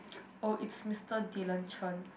oh it's Mr Dylan-Chen